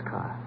Car